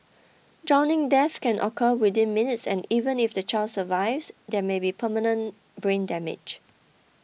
drowning deaths can occur within minutes and even if the child survives there may be permanent brain damage